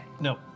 No